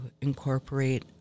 incorporate